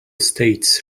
states